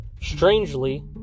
Strangely